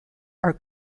are